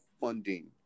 funding